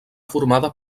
formada